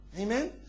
Amen